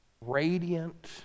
radiant